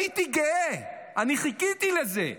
הייתי גאה, אני חיכיתי לזה.